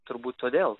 turbūt todėl